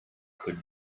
could